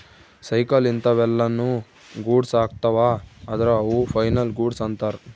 cycle ಇಂತವೆಲ್ಲ ನು goods ಅಗ್ತವ ಅದ್ರ ಅವು ಫೈನಲ್ ಗೂಡ್ಸ್ ಅಂತರ್